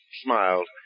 smiled